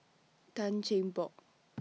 Tan Cheng Bock